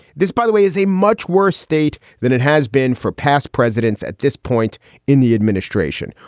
this, by the way, is a much worse state than it has been for past presidents at this point in the administration.